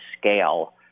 scale